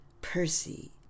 percy